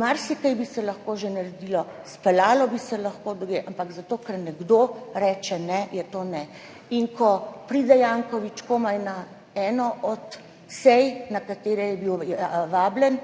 Marsikaj bi se že lahko naredilo, speljalo bi se lahko drugje, ampak zato, ker nekdo reče ne, je to ne. In ko pride Janković komaj na eno od sej, na katere je bil vabljen,